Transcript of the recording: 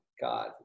God